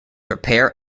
repair